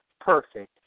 perfect